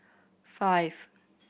five